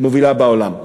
מובילה בעולם.